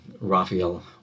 Raphael